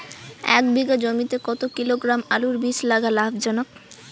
এক বিঘা জমিতে কতো কিলোগ্রাম আলুর বীজ লাগা লাভজনক?